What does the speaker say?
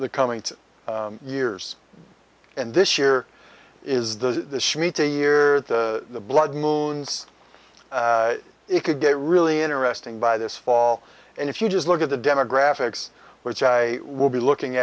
the coming to years and this year is the shmita year the blood moons it could get really interesting by this fall and if you just look at the demographics which i will be looking